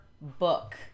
book